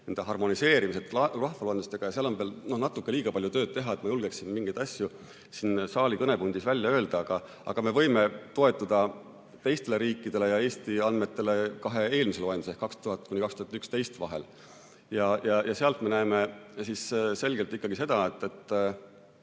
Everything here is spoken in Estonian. on harmoniseerimisega rahvaloenduste puhul veel natuke liiga palju tööd teha, et ma julgeksin mingeid asju siin saali kõnepuldis välja öelda. Aga me võime toetuda teistele riikidele ja Eesti andmetele kahe eelmise loenduse, ehk 2000–2011 vahel. Ja sealt me näeme selgelt seda, et